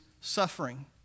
suffering